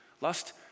Lust